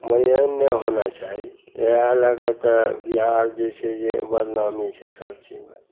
मगर एहन नहि होना चाही इएह लैके तऽ बिहार जे छै जे बदनामी छै सबचीजमे